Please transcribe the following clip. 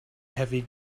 heavy